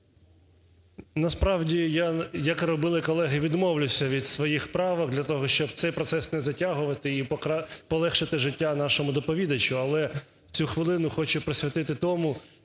Насправді я, як робили колеги, відмовлюся від своїх правок для того, щоб цей процес не затягувати і полегшити життя нашому доповідачу. Але цю хвилину хочу присвятити тому,